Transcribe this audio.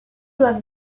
doivent